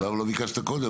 אבל למה לא ביקשת קודם?